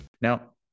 Now